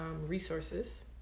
resources